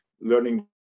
learning